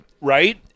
right